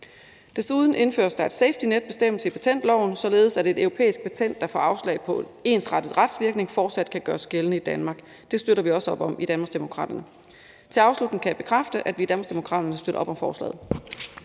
Desuden indføres der en safetynetbestemmelse i patentloven, således at et europæisk patent, hvor der gives afslag på ensartet retsvirkning, fortsat kan gøres gældende i Danmark. Det støtter vi også op om i Danmarksdemokraterne. Som afslutning kan jeg bekræfte, at vi i Danmarksdemokraterne støtter op om forslaget.